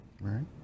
Right